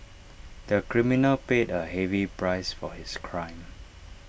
the criminal paid A heavy price for his crime